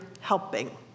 helping